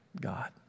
God